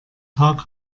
tag